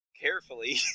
carefully